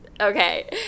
okay